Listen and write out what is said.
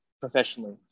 professionally